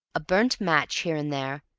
a burnt match here and there,